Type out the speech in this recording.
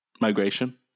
Migration